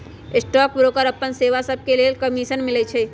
stock broker अप्पन सेवा सभके लेल कमीशन लइछइ